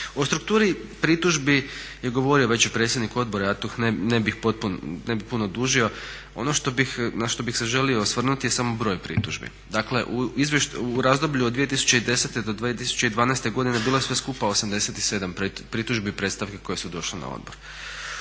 O strukturi pritužbi je govorio već i predsjednik odbora ja tu ne bih puno dužio, ono na što bih se želio osvrnuti je samo broj pritužbi. Dakle, u razdoblju od 2010. do 2012. godine bilo je sve skupa 87 pritužbi i predstavki koje su došle na odbor.